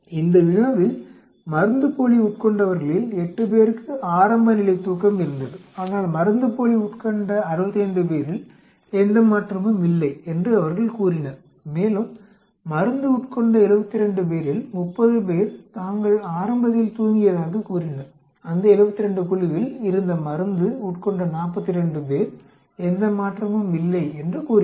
இந்த வினாவில் மருந்துப்போலி உட்கொண்டவர்களில் 8 பேருக்கு ஆரம்பநிலை தூக்கம் இருந்தது ஆனால் மருந்துப்போலி உட்கொண்ட 65 பேரில் எந்த மாற்றமும் இல்லை என்று அவர்கள் கூறினர் மேலும் மருந்து உட்கொண்ட 72 பேரில் 30 பேர் தாங்கள் ஆரம்பத்தில் தூங்கியதாகக் கூறினர் அந்த 72 குழுவில் இருந்த மருந்து உட்கொண்ட 42 பேர் எந்த மாற்றமும் இல்லை என்று கூறினர்